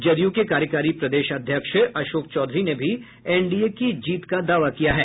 जदय्र के कार्यकारी प्रदेश अध्यक्ष अशोक चौधरी ने भी एनडीए की जीत का दावा किया है